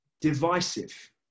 divisive